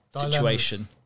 situation